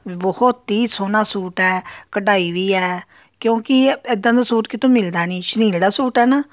ਬਹੁਤ ਹੀ ਸੋਹਣਾ ਸੂਟ ਹੈ ਕਢਾਈ ਵੀ ਹੈ ਕਿਉਂਕਿ ਇਹ ਇੱਦਾਂ ਦਾ ਸੂਟ ਕਿਤੋਂ ਮਿਲਦਾ ਨੀ ਸ਼ੁਨੀਲ ਦਾ ਸੂਟ ਆ ਨਾ